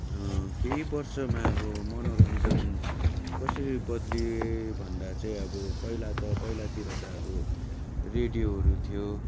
केही वर्षमा अब मनोरञ्जन कसरी बद्लियो भन्दा चाहिँ अब पहिला त पहिलातिर त अब रेडियोहरू थियो